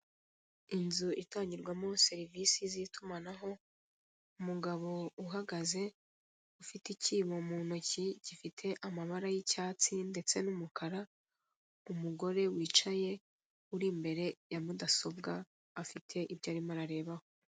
Inzu itangirwamo serivisi z'itumanaho, umugabo uhagaze ufite ikibo mu ntoki gifite amabara y'icyatsi ndetse n'umukara, umugore wicaye uri imbere ya mudasobwa afite ibyo arimo ararebaho.